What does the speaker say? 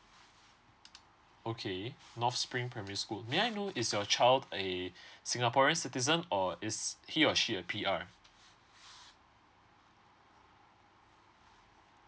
okay north spring primary school may I know is your child a singaporean citizen or is he or she a P_R